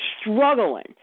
struggling